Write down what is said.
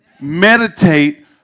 Meditate